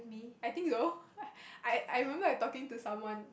I think so I I remember I talking to someone